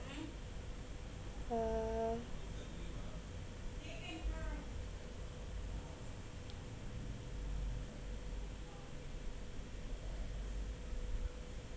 uh